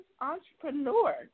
entrepreneur